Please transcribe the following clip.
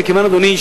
אדוני,